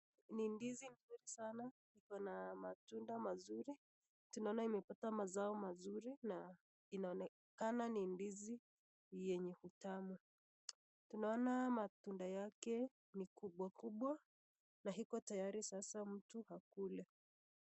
Ni ndizi mzuri sana kuna matunda mazuri tunaona imepata mazao mazuri na inaonekana ni ndizi yenye utamu. Tunaona matunda yake ni kubwa kubwa na iko tayari sasa mtu akule.